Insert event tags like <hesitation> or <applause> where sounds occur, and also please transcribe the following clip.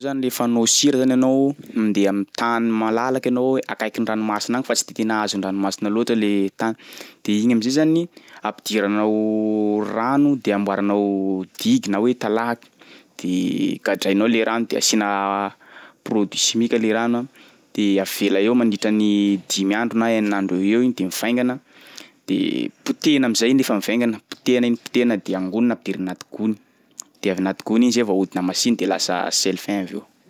Io zany lefa hanao sira zany anao mandeha amin'ny tany malalaky anao akaikin'ny ranomasina agny fa tsy de tena azon'ny ranomasina loatra le tany de iny am'zay zany ampidiranao <hesitation> rano de amboaranao digue na hoe talaky de gadrainao le rano de asiana <hesitation> produit chimique le rano a de avela eo mandritra ny dimy andro na enina andro eo ho eo iny de mivaingana de potehina am'zay iny rehefa mivaingana, potehana iny potehana de angonina ampidirina anaty gony de avy anaty gony iny zay vao ahodina am'mahiny de lasa sel fin avy eo.